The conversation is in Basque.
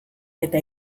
eta